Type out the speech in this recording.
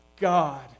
God